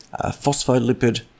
phospholipid